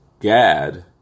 Gad